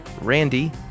Randy